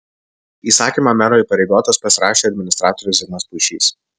įsakymą mero įpareigotas pasirašė administratorius zigmas puišys